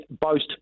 boast